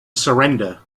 surrender